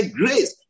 grace